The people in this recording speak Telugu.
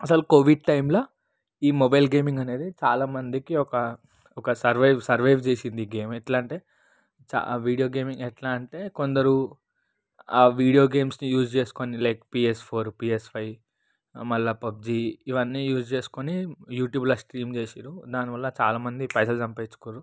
అసలు కోవిడ్ టైంలో ఈ మొబైల్ గేమింగ్ అనేది చాలామందికి ఒక ఒక సర్వైవ్ సర్వైవ్ చేసింది ఈ గేమ్ ఎట్లా అంటే చా వీడియో గేమింగ్ ఎట్లా అంటే కొందరు ఆ వీడియో గేమ్స్ని యూస్ చేసుకొని like PS four PS five మళ్ళీ పబ్జి ఇవన్నీ యూజ్ చేసుకొని యూట్యూబ్లో స్ట్రీమ్ చేసారు దానివల్ల చాలామంది పైసలు సంపాదించుకున్నారు